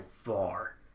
far